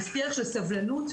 נזכיר שסבלנות,